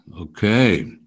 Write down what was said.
okay